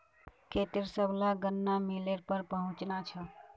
खेतेर सबला गन्ना मिलेर पर पहुंचना छ